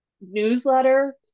newsletter